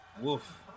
Wolf